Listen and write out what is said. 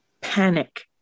panic